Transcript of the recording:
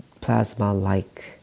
plasma-like